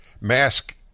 mask